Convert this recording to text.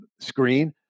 screen